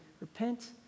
repent